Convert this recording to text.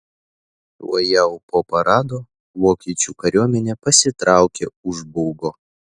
tuojau po parado vokiečių kariuomenė pasitraukė už bugo